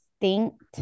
distinct